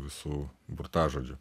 visų burtažodžių